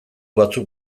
batzuk